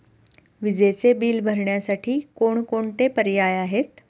विजेचे बिल भरण्यासाठी कोणकोणते पर्याय आहेत?